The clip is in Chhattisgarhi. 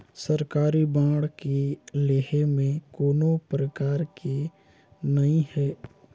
सरकारी बांड के लेहे में कोनो परकार के नइ हे